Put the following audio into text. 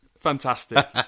Fantastic